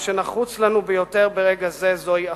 מה שנחוץ לנו ביותר ברגע זה זוהי אחדות.